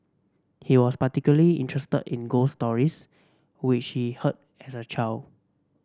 he was particularly interested in ghost stories which he heard as a child